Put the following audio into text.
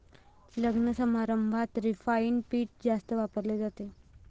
लग्नसमारंभात रिफाइंड पीठ जास्त वापरले जाते